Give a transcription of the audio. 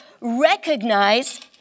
recognize